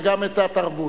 וגם את התרבות.